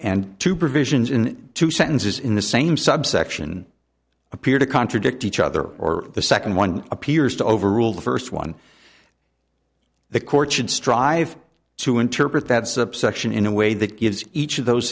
and two provisions in two sentences in the same subsection appear to contradict each other or the second one appears to overrule the first one the court should strive to interpret that subsection in a way that gives each of those